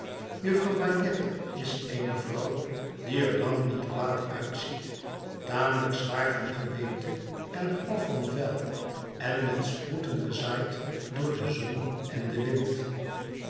jufvrouw bagnet is eene vrouw die er lang niet kwaad uitziet tamelijk zwaar van gebeente en grof van vel en met sproeten bezaaid door de zon en den wind